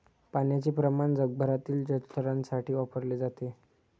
पाण्याचे प्रमाण जगभरातील जलचरांसाठी वापरले जाते